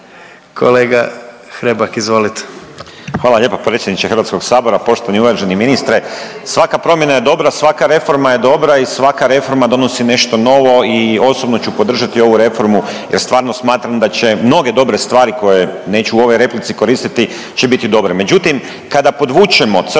Kolega Hrebak, izvolite.